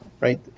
right